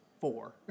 four